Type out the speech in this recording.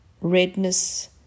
redness